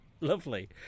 Lovely